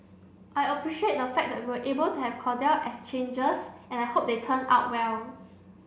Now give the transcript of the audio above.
I appreciate the fact that we are able to have cordial exchanges and I hope they turn out well